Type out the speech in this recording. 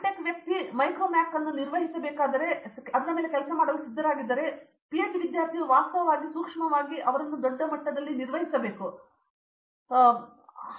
tech ವ್ಯಕ್ತಿ ಮೈಕ್ರೋಮ್ಯಾಕ್ ಅನ್ನು ನಿರ್ವಹಿಸಬೇಕಾದರೆ ಅವರು ಕೆಲಸ ಮಾಡಲು ಸಿದ್ಧರಾಗಿದ್ದರೆ ಪಿಹೆಚ್ಡಿ ವಿದ್ಯಾರ್ಥಿಯು ವಾಸ್ತವವಾಗಿ ಸೂಕ್ಷ್ಮವಾಗಿ ಅವರನ್ನು ದೊಡ್ಡ ಮಟ್ಟದಲ್ಲಿ ನಿರ್ವಹಿಸುತ್ತಾನೆ ಮತ್ತು ನಾನು ಅವರನ್ನು ಮ್ಯಾಕ್ರೋ ನಿರ್ವಹಿಸಬೇಕಾಗಿಲ್ಲ